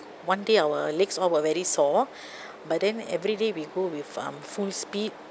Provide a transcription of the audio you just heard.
one day our legs all were very sore but then everyday we go with um full speed